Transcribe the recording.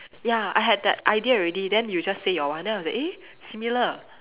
ya I had that idea already then you just say your one then I was like eh similar